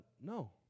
No